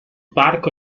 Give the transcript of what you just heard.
parco